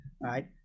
Right